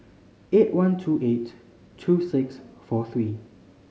eight one two eight two six four three